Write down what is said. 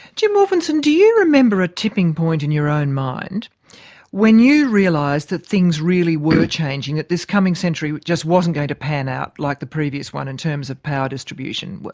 jim wolfensohn, do you remember a tipping point in your own mind when you realised that things really were changing, that this coming century just wasn't going to pan out like the previous one in terms of power distribution?